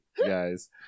guys